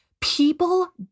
people